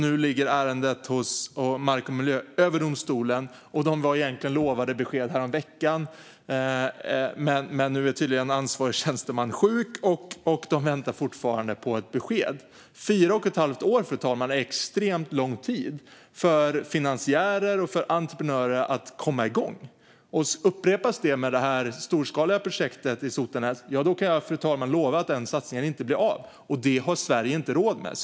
Nu ligger ärendet hos Mark och miljööverdomstolen. Man var egentligen lovad besked häromveckan, men nu är tydligen ansvarig tjänsteman sjuk, så man väntar fortfarande på ett besked. Fru talman! Fyra och ett halvt år är extremt lång tid för finansiärer och entreprenörer att komma igång. Upprepas detta med det storskaliga projektet i Sotenäs kan jag lova att den satsningen inte blir av, fru talman, och det har Sverige inte råd med.